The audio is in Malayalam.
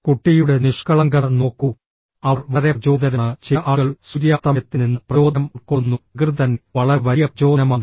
കുട്ടിയുടെ നിഷ്കളങ്കത നോക്കൂ അവർ വളരെ പ്രചോദിതരാണ് ചില ആളുകൾ സൂര്യാസ്തമയത്തിൽ നിന്ന് പ്രചോദനം ഉൾക്കൊള്ളുന്നു പ്രകൃതി തന്നെ വളരെ വലിയ പ്രചോദനമാണ്